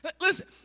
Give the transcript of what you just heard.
Listen